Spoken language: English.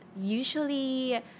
usually